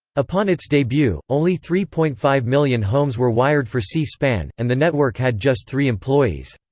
upon its debut, only three point five million homes were wired for c-span, and the network had just three employees.